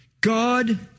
God